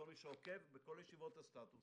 כל מי שעוקב, בכל ישיבות הסטטוס